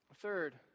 Third